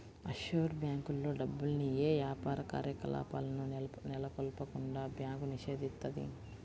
offshore బ్యేంకుల్లో డబ్బుల్ని యే యాపార కార్యకలాపాలను నెలకొల్పకుండా బ్యాంకు నిషేధిత్తది